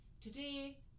today